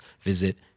visit